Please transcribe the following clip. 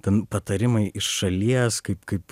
ten patarimai iš šalies kaip kaip